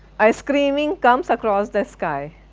a screaming comes across the sky.